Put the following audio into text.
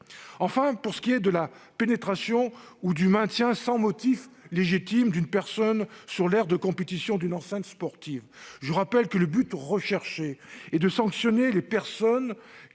Enfin, pour ce qui est de la pénétration ou du maintien sans motif légitime d'une personne dans l'aire de compétition d'une enceinte sportive, je rappelle que le but recherché est de sanctionner les personnes